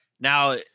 Now